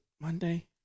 Monday